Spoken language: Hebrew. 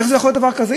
איך יכול להיות דבר כזה?